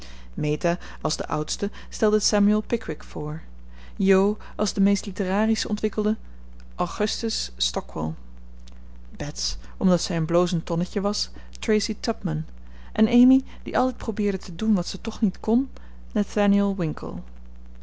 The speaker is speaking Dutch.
als de oudste stelde samuel pickwick voor jo als de meest literarisch ontwikkelde augustus stockwall bets omdat zij een blozend tonnetje was tracy tupman en amy die altijd probeerde te doen wat ze toch niet kon